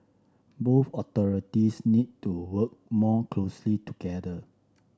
both authorities need to work more closely together